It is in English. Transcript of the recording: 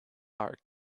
are